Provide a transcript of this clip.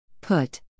put